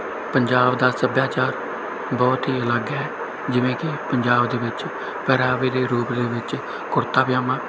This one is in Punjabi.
ਪੰਜਾਬ ਦਾ ਸੱਭਿਆਚਾਰ ਬਹੁਤ ਹੀ ਅਲੱਗ ਹੈ ਜਿਵੇਂ ਕਿ ਪੰਜਾਬ ਦੇ ਵਿੱਚ ਪਹਿਰਾਵੇ ਦੇ ਰੂਪ ਦੇ ਵਿੱਚ ਕੁੜਤਾ ਪਜਾਮਾ